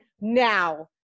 now